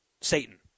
Satan